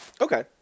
Okay